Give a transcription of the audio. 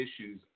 issues